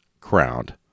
crowned